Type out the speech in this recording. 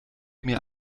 mir